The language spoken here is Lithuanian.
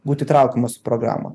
būti traukiamos į programą